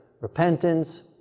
repentance